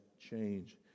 change